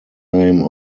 name